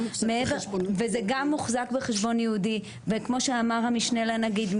וזה גם מוחזק בחשבון ייעודי וכמו שאמר המשנה לנגיד,